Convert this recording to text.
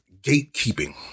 gatekeeping